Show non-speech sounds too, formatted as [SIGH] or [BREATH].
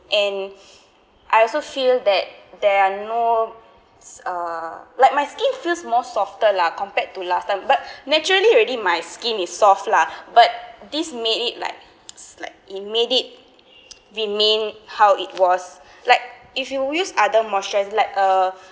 and I also feel that there are no uh like my skin feels more softer lah compared to last time but naturally already my skin is soft lah but this made it like [NOISE] it's like it made it [NOISE] remain how it was [BREATH] like if you use other moisturizer like uh